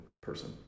person